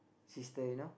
sister you know